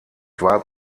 war